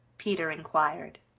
peter inquired.